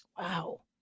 Wow